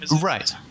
Right